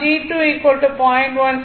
12 g2 j b2 g2 0